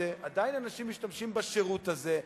עדיין אנשים משתמשים בשירות הזה,